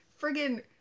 Friggin-